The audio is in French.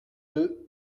deux